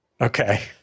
Okay